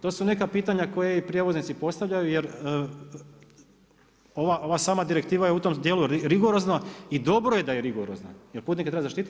To su neka pitanje koje i prijevoznici postavljaju, jer ova sama direktiva je u tom dijelu rigorozna i dobro je da je rigorozna, jer putnike treba zaštiti.